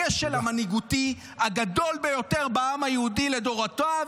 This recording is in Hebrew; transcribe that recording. הכשל המנהיגותי הגדול ביותר בעם היהודי לדורותיו.